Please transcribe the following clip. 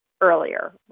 earlier